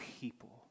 people